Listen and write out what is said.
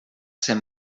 ser